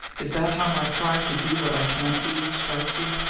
is that how my trying to do what i can for you strikes you?